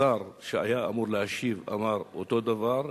השר שהיה אמור להשיב אמר אותו דבר,